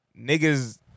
niggas